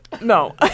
no